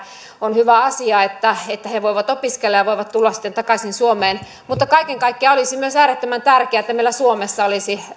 on hyvä asia että että he voivat opiskella ja voivat tulla sitten takaisin suomeen mutta kaiken kaikkiaan olisi myös äärettömän tärkeää että meillä suomessa olisi